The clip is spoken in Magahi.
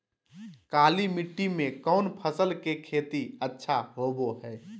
काली मिट्टी में कौन फसल के खेती अच्छा होबो है?